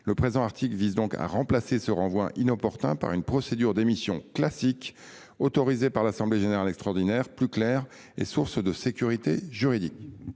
Le présent article vise donc à remplacer ce renvoi inopportun par une procédure d’émission classique, autorisée par l’assemblée générale extraordinaire, plus claire et source de sécurité juridique.